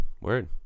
Word